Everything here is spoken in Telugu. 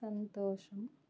సంతోషం